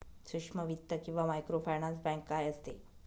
सूक्ष्म वित्त किंवा मायक्रोफायनान्स बँक काय असते?